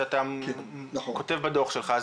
שאתה כותב בדו"ח שלך.